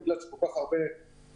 מכיוון שיש כל כך הרבה חולים,